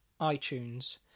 iTunes